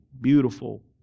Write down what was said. beautiful